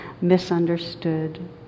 misunderstood